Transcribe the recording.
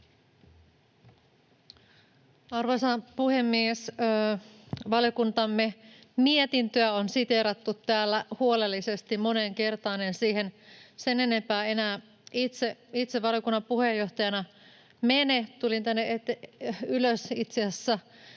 Arvoisa puhemies! Valiokuntamme mietintöä on siteerattu täällä huolellisesti moneen kertaan. En siihen sen enempää enää itse valiokunnan puheenjohtajana mene. Tulin tänne ylös itse asiassa